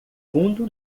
fundo